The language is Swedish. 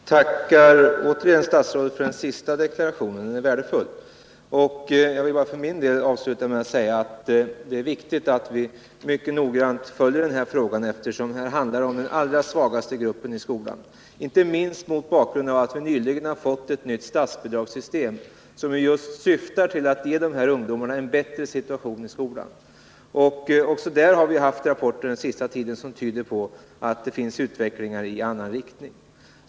Herr talman! Jag tackar statsrådet för den deklarationen. Den är värdefull. Jag vill för min del avsluta debatten med att säga att det är viktigt att vi mycket noggrant följer den här frågan, eftersom det handlar om den allra svagaste gruppen i skolan. Vi har nyligen fått ett nytt statsbidragssystem som syftar till att ge de här ungdomarna en bättre situation i skolan, men det har ju kommit rapporter under den senaste tiden som tyder på att utvecklingen går i en annan riktning.